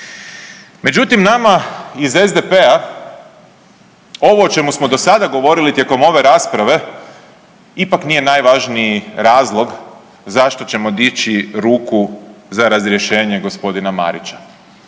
Međutim, nama iz SDP-a ovo o čemu smo do sada govorili tijekom ove rasprave ipak nije najvažniji razlog zašto ćemo dići ruku za razrješenje g. Marića,